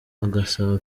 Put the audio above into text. agasaba